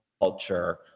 culture